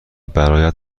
برایت